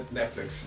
Netflix